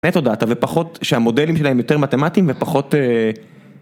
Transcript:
תודה, תודה ופחות שהמודלים שלהם יותר מתמטיים ופחות...